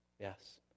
Yes